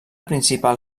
principal